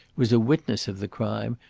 was a witness of the crime,